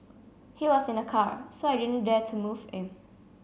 he was in a car so I didn't dare to move him